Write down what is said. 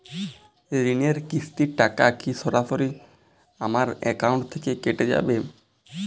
ঋণের কিস্তির টাকা কি সরাসরি আমার অ্যাকাউন্ট থেকে কেটে যাবে?